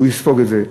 הוא יספוג את זה.